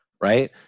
right